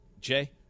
Jay